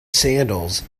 sandals